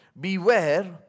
Beware